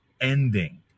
ending